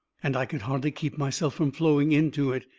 and i could hardly keep myself from flowing into it.